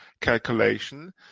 calculation